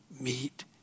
meet